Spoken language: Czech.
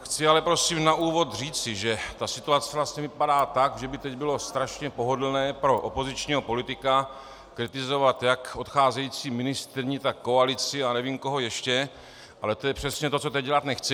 Chci ale prosím na úvod říci, že situace vypadá tak, že by teď bylo strašně pohodlné pro opozičního politika kritizovat jak odcházející ministryni, tak koalici, a nevím, koho ještě, ale to je přesně to, co teď dělat nechci.